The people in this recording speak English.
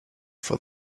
for